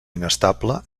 inestable